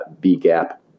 B-gap